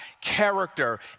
character